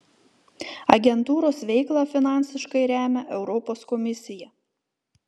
agentūros veiklą finansiškai remia europos komisija